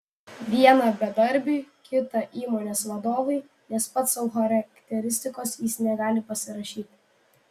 vieną bedarbiui kitą įmonės vadovui nes pats sau charakteristikos jis negali pasirašyti